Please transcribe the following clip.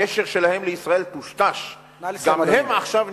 הקשר שלהם לישראל טושטש, גם הם עכשיו מהאו"ם.